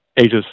ages